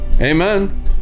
Amen